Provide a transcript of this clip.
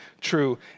true